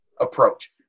approach